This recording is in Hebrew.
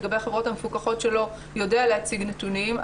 לגבי החברות המפוקחות שלו יודע להציג נתונים.